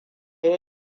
ya